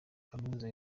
kaminuza